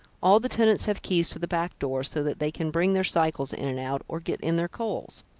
all the tenants have keys to the back door so that they can bring their cycles in and out, or get in their coals.